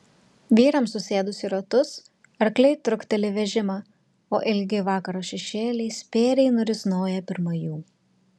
vyrams susėdus į ratus arkliai trukteli vežimą o ilgi vakaro šešėliai spėriai nurisnoja pirma jų